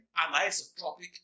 anisotropic